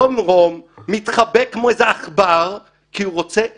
יום יום מתחבא כמו איזה עכבר כי הוא רוצה לחיות.